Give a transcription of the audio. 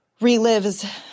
relives